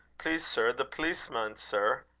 please, sir, the pleaceman, sir,